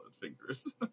fingers